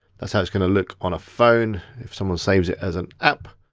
that's how it's gonna look on a phone if someone saves it as an app.